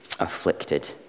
afflicted